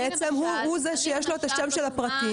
בעצם הוא זה שיש לו את השם של הפרטים.